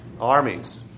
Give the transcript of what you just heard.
armies